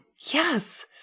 Yes